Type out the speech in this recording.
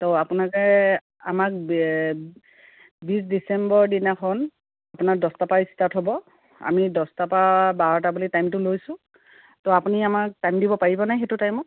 ত' আপোনোকে আমাক বিছ ডিচেম্বৰ দিনাখন আপোনাৰ দছটাৰ পৰা ষ্টাৰ্ট হ'ব আমি দছটাৰ পৰা বাৰটা বুলি টাইমটো লৈছোঁ ত' আপুনি আমাক টাইম দিব পাৰিব নাই সেইটো টাইমত